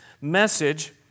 message